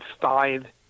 five